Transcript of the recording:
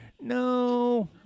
No